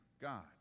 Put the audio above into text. God